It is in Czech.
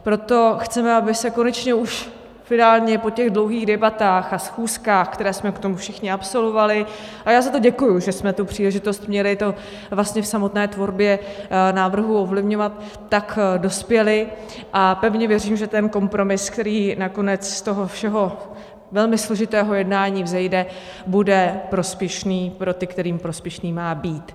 Proto chceme, abychom konečně už finálně po těch dlouhých debatách a schůzkách, které jsme k tomu všichni absolvovali a já za to děkuji, že jsme tu příležitost měli to v samotné tvorbě návrhu ovlivňovat tak dospěli, a pevně věřím, že kompromis, který nakonec z toho všeho velmi složitého jednání vzejde, bude prospěšný pro ty, kterým prospěšný má být.